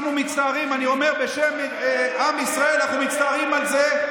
אנחנו מצטערים, ואני אומר בשם עם ישראל, על זה,